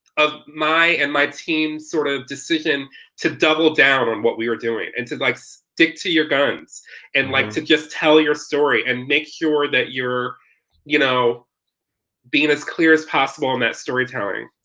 of my and my team's sort of decision to double down on what we were doing and to like stick to your guns and like to just tell your story and make sure that you're you know being as clear as possible in that storytelling.